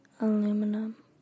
aluminum